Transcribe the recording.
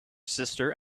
sister